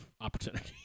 opportunity